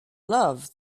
love